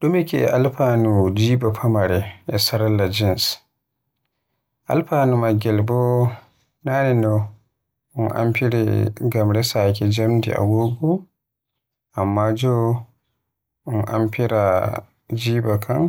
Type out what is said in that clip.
dume ke alfanu jiba famaare e sarla jeans, alfanu maagel bo, naane no e amfire ngam resaaki jamdi agogo. Amma jo un amfira jiba kan